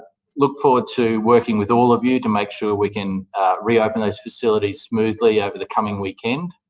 look forward to working with all of you to make sure we can reopen those facilities smoothly over the coming weekend,